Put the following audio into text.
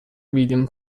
william